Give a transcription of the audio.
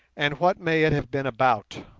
and what may it have been about